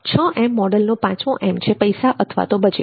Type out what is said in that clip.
6 મોડલનો પાંચમો M છે પૈસા અથવા બજેટ